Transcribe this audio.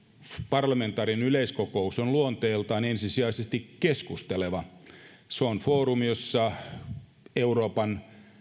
parlamentaarinen yleiskokous on luonteeltaan ensisijaisesti keskusteleva se on foorumi jossa euroopan